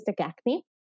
acne